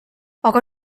aga